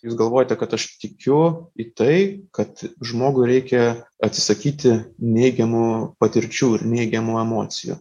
jūs galvojate kad aš tikiu į tai kad žmogui reikia atsisakyti neigiamų patirčių ir neigiamų emocijų